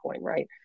right